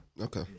Okay